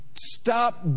Stop